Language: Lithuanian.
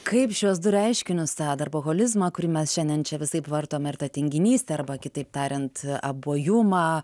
kaip šiuos du reiškinius tą darboholizmą kurį mes šiandien čia visaip vartome ir tą tinginystę arba kitaip tariant abuojumą